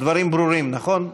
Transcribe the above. הדברים ברורים, נכון?